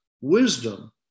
wisdom